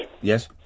Yes